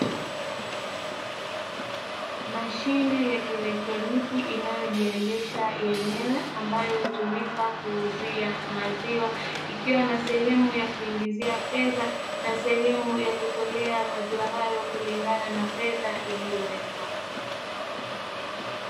Mashine ya kielektroniki inayojiendesha yenyewe ambayo hutumika kuuzia maziwa, ikiwa na sehemu ya kuingizia fedha na sehemu ya kutolea maziwa hayo kulingana na fedha iliyowekwa.